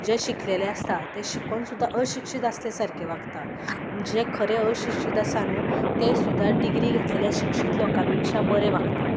जे शिकलेले आसता ते शिकून सुद्दां अशिक्षीत आसल्या सारके वागता आनी जे खरे अशिक्षीत आसता न्हू ते सुद्दां डिग्री घेतलेल्या शिक्षीत लोका पेक्षा बरे वागता